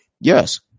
Yes